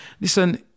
Listen